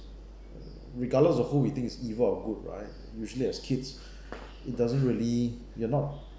regardless of who we think is evil or good right usually as kids it doesn't really you're not